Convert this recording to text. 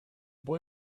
boy